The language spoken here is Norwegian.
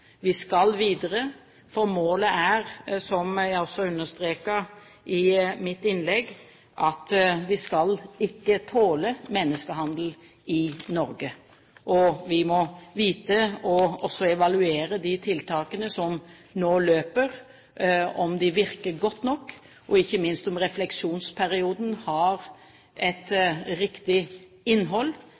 Vi skal videre, for målet er, som jeg også understreket i mitt innlegg, at vi ikke skal tåle menneskehandel i Norge. Vi må også vite å evaluere de tiltakene som nå løper, om de virker godt nok, og ikke minst om refleksjonsperioden har et riktig innhold